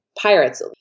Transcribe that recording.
pirates